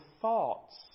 thoughts